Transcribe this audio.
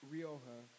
Rioja